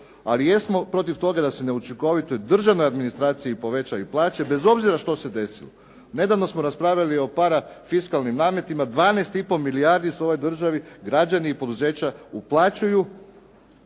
ali jesmo protiv toga da se neučinkovito državnoj administraciji povećaju plaće, bez obzira što se desilo. Nedavno smo raspravljali o parafiskalnim nametima 12,5 milijardi su ovoj državi građani i poduzeća uplaćuju